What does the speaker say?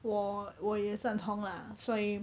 我我也赞同 lah 所以